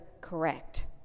correct